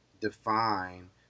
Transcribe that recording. define